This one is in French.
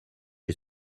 est